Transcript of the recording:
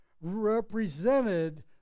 represented